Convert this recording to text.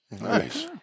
Nice